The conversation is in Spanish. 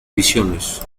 ediciones